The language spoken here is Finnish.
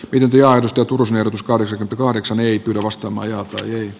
pidempi ja istutusner uskoo että kahdeksan niitä vastamajan